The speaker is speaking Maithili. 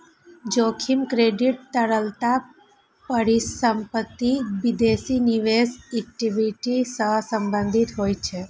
जोखिम क्रेडिट, तरलता, परिसंपत्ति, विदेशी निवेश, इक्विटी सं संबंधित होइ छै